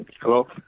Hello